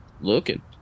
looking